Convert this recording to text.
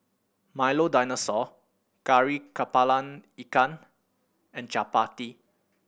Milo Dinosaur Kari Kepala Ikan and Chappati